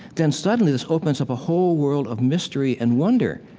then suddenly this opens up a whole world of mystery and wonder.